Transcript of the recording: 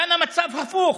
כאן המצב הפוך,